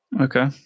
Okay